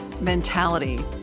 mentality